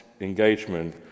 engagement